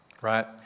right